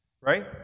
Right